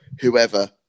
whoever